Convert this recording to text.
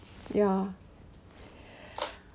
ya